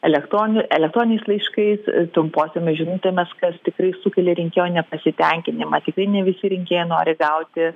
elektroninių elektroniniais laiškais trumposiomis žinutėmis kas tikrai sukelia rinkėjų nepasitenkinimą tikrai ne visi rinkėjai nori gauti